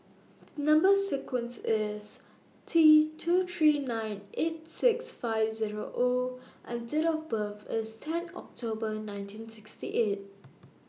Number sequence IS T two three nine eight six five Zero O and Date of birth IS ten October nineteen sixty eight